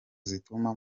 zituma